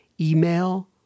email